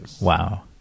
Wow